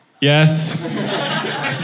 Yes